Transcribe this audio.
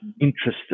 interested